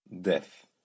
death